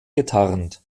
getarnt